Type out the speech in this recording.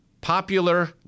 popular